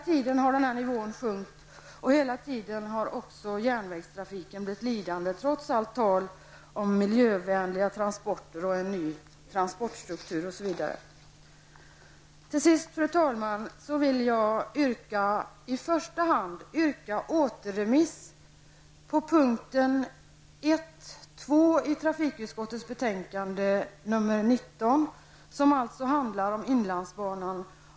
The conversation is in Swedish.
Nivån har hela tiden sjunkit, och järnvägstrafiken har hela tiden blivit lidande trots allt tal om miljövänliga transporter en ny transportstruktur osv. Till sist, fru talman, vill jag i första hand yrka återremiss på punkten 1.2 i trafikutskottets betänkande nr 19 vilken handlar om inlandsbanan.